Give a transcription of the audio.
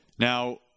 Now